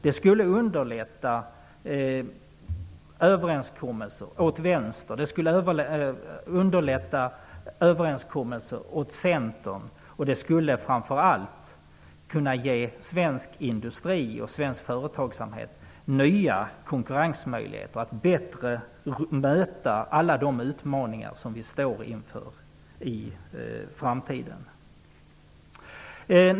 Det skulle underlätta överenskommelser åt vänster, åt centern och framför allt ge svensk industri och företagsamhet nya konkurrensmöjligheter att bättre möta alla de utmaningar som vi står inför i framtiden.